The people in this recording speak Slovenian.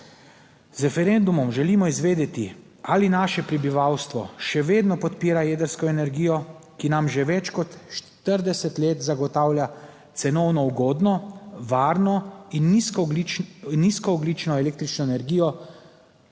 Z referendumom želimo izvedeti ali naše prebivalstvo še vedno podpira jedrsko energijo, ki nam že več kot 40 let zagotavlja cenovno ugodno, varno in nizkoogljično električno energijo,